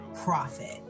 profit